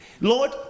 Lord